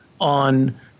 on